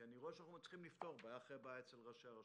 כי אני רואה שאנחנו מצליחים לפתור בעיה אחרי בעיה אצל ראשי הרשויות,